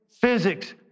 physics